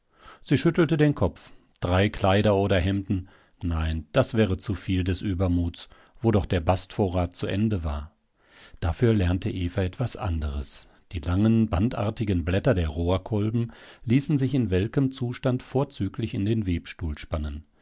sie schüttelte den kopf drei kleider oder hemden nein das wäre zu viel des übermuts wo doch der bastvorrat zu ende war dafür lernte eva etwas anderes die langen bandartigen blätter der rohrkolben ließen sich in welkem zustand vorzüglich in den webstuhl spannen